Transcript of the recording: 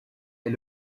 est